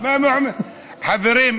(אומר בערבית: דיבורי הלילה הם לעג ליום.) חברים,